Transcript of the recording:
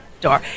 door